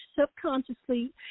subconsciously